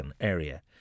area